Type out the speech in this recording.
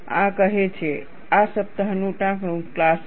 આ કહે છે આ સપ્તાહનું ટાંકણું ક્લાસિક